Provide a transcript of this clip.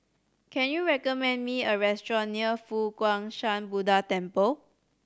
can you recommend me a restaurant near Fo Guang Shan Buddha Temple